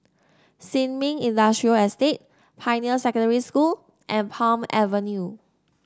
Sin Ming Industrial Estate Pioneer Secondary School and Palm Avenue